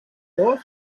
que